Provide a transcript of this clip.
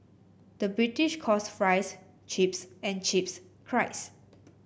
the British calls fries chips and chips cries